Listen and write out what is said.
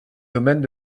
domaines